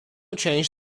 change